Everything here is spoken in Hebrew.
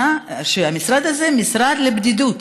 והמשרד הזה הוא משרד לבדידות,